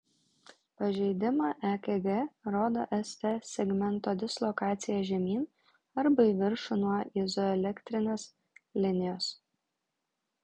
pažeidimą ekg rodo st segmento dislokacija žemyn arba į viršų nuo izoelektrinės linijos